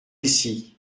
ici